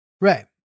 Right